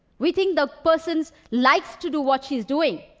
we think the person likes to do what she's doing.